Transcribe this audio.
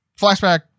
flashback